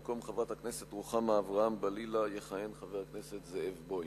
במקום חברת הכנסת רוחמה אברהם-בלילא יכהן חבר הכנסת זאב בוים.